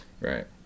Right